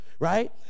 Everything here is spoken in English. right